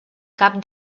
cap